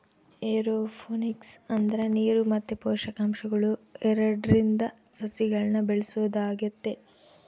aeroponics ಅಂದ್ರ ನೀರು ಮತ್ತೆ ಪೋಷಕಾಂಶಗಳು ಎರಡ್ರಿಂದ ಸಸಿಗಳ್ನ ಬೆಳೆಸೊದಾಗೆತೆ